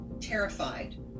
terrified